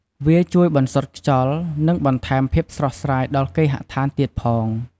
វាជួយបន្សុទ្ធខ្យល់ និងបន្ថែមភាពស្រស់ស្រាយដល់គេហដ្ឋានទៀតផង។